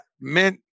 mint